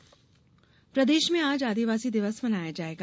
आदिवासी दिवस प्रदेश में आज आदिवासी दिवस मनाया जायेगा